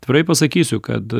atvirai pasakysiu kad